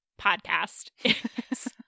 podcast